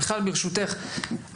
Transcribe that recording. מיכל ברשותך,